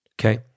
Okay